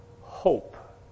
hope